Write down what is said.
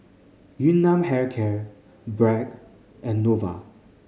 Yun Nam Hair Care Bragg and Nova